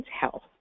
health